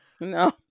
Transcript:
No